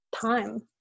time